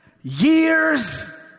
years